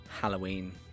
Halloween